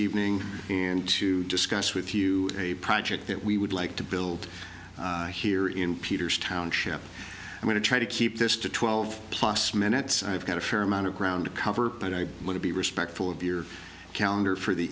evening and to discuss with you a project that we would like to build here in peter's township i'm going to try to keep this to twelve plus minutes i've got a fair amount of ground to cover but i want to be respectful of your calendar for the